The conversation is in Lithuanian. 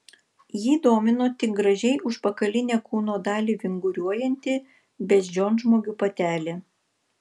jį domino tik gražiai užpakalinę kūno dalį vinguriuojanti beždžionžmogių patelė